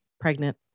pregnant